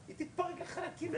כמו: